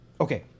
Okay